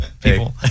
people